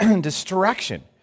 distraction